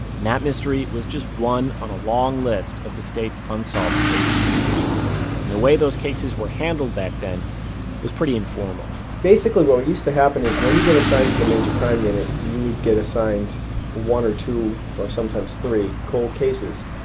and that mystery was just one on a long list of the state's unsolved cases and the way those cold cases were handled back then was pretty informal basically what what used to happen is, when you got assigned to the major crime unit you would get assigned one or two or sometimes three cold cases.